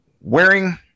wearing